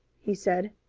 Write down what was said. he said.